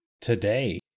today